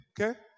okay